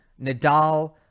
Nadal